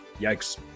Yikes